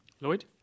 lloyd